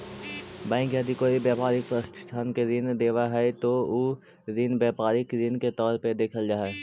bank यदि कोई व्यापारिक प्रतिष्ठान के ऋण देवऽ हइ त उ ऋण व्यापारिक ऋण के तौर पर देखल जा हइ